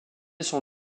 son